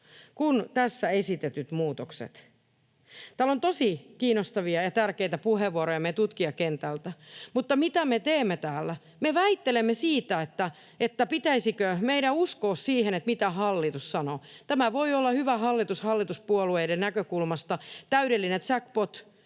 kuin tässä esitetyt muutokset. Täällä on tosi kiinnostavia ja tärkeitä puheenvuoroja meidän tutkijakentältä, mutta mitä me teemme täällä? Me väittelemme siitä, pitäisikö meidän uskoa siihen, mitä hallitus sanoo. Tämä voi olla hyvä hallitus hallituspuolueiden näkökulmasta, täydellinen jackpot, erityisen